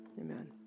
amen